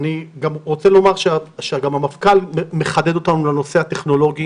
אני רוצה לומר שגם המפכ"ל מחדד אותנו בנושא הטכנולוגי